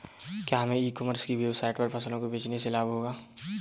क्या हमें e commerce की वेबसाइट पर फसलों को बेचने से लाभ होगा?